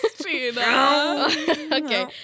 Okay